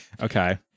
Okay